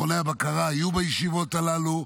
מכוני הבקרה היו בישיבות הללו,